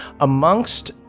Amongst